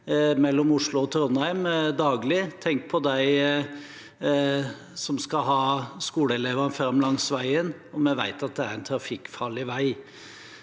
mellom Oslo og Trondheim daglig. Tenk på dem som skal ha skoleelever fram langs veien, og vi vet at det er en trafikkfarlig vei.